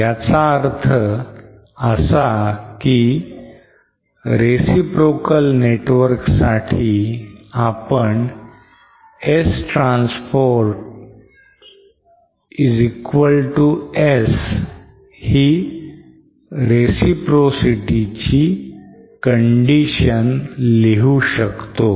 याचा अर्थ की reciprocal network साठी आपण S transpose is equal to S ही reciprocity ची condition लिहू शकतो